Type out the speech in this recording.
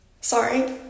sorry